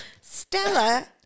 Stella